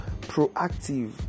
proactive